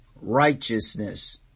righteousness